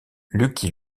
lucky